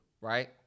right